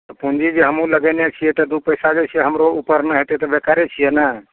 पूँजी जे हमहूँ लगेने छियै तऽ दू पैसा जे छै हमरो उपर नहि होय तै तऽ बेकारे छियै ने